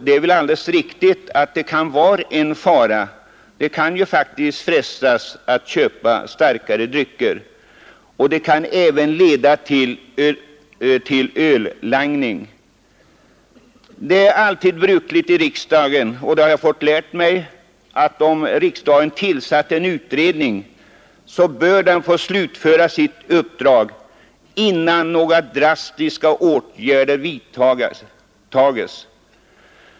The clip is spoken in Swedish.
Det är alldeles riktigt att det kan vara en fara — ungdomarna kan frestas att köpa starkare drycker. Det kan även leda till öllangning. Det är brukligt i riksdagen, och det har jag fått lära mig, att en utredning som riksdagen fattat beslut om får slutföra sitt uppdrag innan några drastiska åtgärder vidtas.